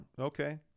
okay